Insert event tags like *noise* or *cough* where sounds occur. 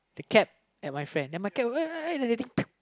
the cap at my friend then my cap was like *noise* then the thing *noise*